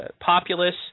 populace